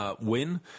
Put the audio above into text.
win